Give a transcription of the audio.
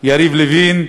יריב לוין,